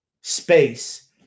space